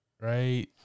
right